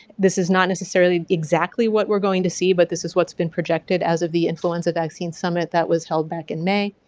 this is not necessarily exactly what we're going to see, but this is what's been projected as of the influenza vaccine summit that was held back in may.